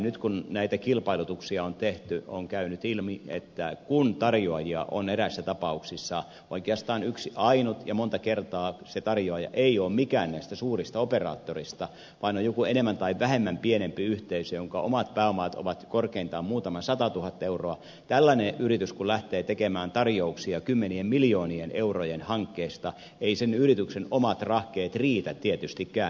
nyt kun näitä kilpailutuksia on tehty on käynyt ilmi että kun tarjoajia on eräissä tapauksissa oikeastaan yksi ainut ja monta kertaa se tarjoaja ei ole mikään näistä suurista operaattoreista vaan on joku enemmän tai vähemmän pienempi yhteisö jonka omat pääomat ovat korkeintaan muutama satatuhatta euroa niin tällainen yritys kun lähtee tekemään tarjouksia kymmenien miljoonien eurojen hankkeista eivät sen yrityksen omat rahkeet riitä tietystikään